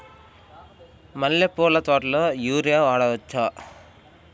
మల్లె పూల తోటలో యూరియా వాడవచ్చా?